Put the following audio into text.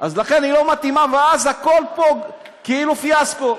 היא לא מתאימה, ואז הכול פה כאילו פיאסקו.